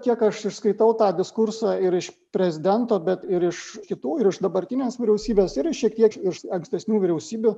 kiek aš išskaitau tą diskursą ir iš prezidento bet ir iš kitų ir iš dabartinės vyriausybės ir šiek tiek iš ankstesnių vyriausybių